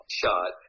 shot